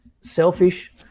selfish